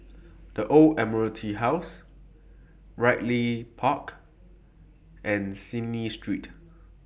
The Old Admiralty House Ridley Park and Cecil Street